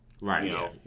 Right